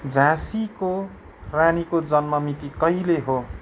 झाँसीको रानीको जन्ममिति कहिले हो